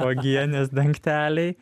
uogienės dangteliai